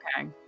Okay